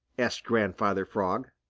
asked grandfather frog.